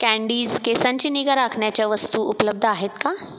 candies केसांची निगा राखण्याच्या वस्तू उपलब्ध आहेत का